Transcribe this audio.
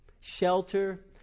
shelter